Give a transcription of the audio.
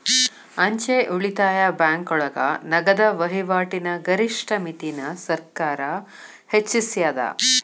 ಅಂಚೆ ಉಳಿತಾಯ ಬ್ಯಾಂಕೋಳಗ ನಗದ ವಹಿವಾಟಿನ ಗರಿಷ್ಠ ಮಿತಿನ ಸರ್ಕಾರ್ ಹೆಚ್ಚಿಸ್ಯಾದ